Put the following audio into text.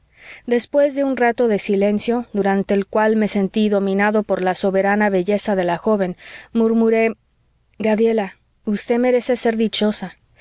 después de un rato de silencio durante el cual me sentí dominado por la soberana belleza de la joven murmuré gabriela usted merece ser dichosa